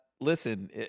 listen